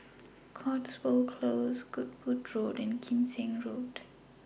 Cotswold Close Goodwood Road and Kim Seng Road